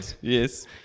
yes